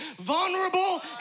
vulnerable